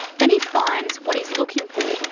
then he finds what he's looking for.